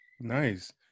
Nice